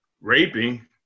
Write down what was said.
raping